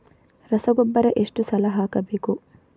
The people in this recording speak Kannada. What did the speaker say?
ರಸಗೊಬ್ಬರ ಎಷ್ಟು ಸಲ ಹಾಕಬೇಕು?